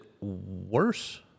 worse